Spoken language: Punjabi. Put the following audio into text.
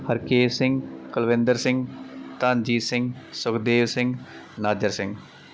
ਹਰਕੇਸ਼ ਸਿੰਘ ਕੁਲਵਿੰਦਰ ਸਿੰਘ ਧਨਜੀਤ ਸਿੰਘ ਸੁਖਦੇਵ ਸਿੰਘ ਨਾਜਰ ਸਿੰਘ